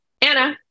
Anna